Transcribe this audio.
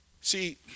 See